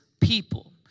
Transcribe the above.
People